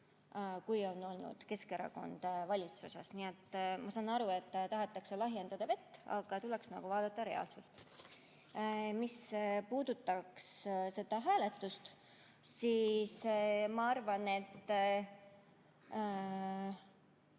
kui on olnud Keskerakond valitsuses. Nii et ma saan aru, et tahetakse lahjendada vett, aga tuleks vaadata reaalsust. Mis puudutab seda hääletust, siis ma arvan, et